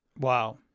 Wow